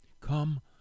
Come